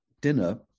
dinner